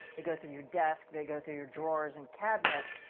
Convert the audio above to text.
they go through your desk, they go through your drawers and cabinets,